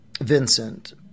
Vincent